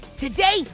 Today